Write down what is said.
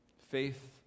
Faith